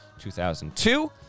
2002